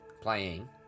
Playing